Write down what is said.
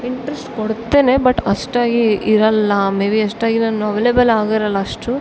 interest ಕೊಡ್ತೆನೆ but ಅಷ್ಟಾಗಿ ಇರೋಲ್ಲ ಮೆಬಿ ಅಷ್ಟಾಗಿ ನಾನು ಅವೈಲೆಬಲ್ ಆಗಿರೋಲ್ಲ ಅಷ್ಟು